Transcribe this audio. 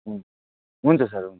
हुन्छ हुन्छ सर हुन्छ